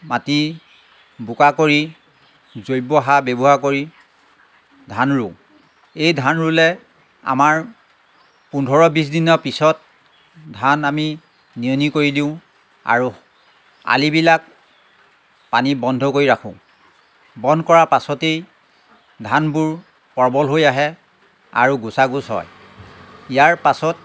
মাটি বোকা কৰি জৈৱ সাৰ ব্য়ৱহাৰ কৰি ধান ৰুওঁ এই ধান ৰুলে আমাৰ পোন্ধৰ বিছ দিনৰ পিছত ধান আমি নিয়নি কৰি দিওঁ আৰু আলিবিলাক পানী বন্ধ কৰি ৰাখোঁ বন্ধ কৰা পাছতেই ধানবোৰ প্ৰবল হৈ আহে আৰু গোছা গোছ হয় ইয়াৰ পাছত